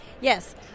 Yes